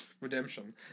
redemption